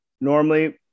Normally